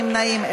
נמנעים,